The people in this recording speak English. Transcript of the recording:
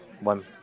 one